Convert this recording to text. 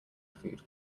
food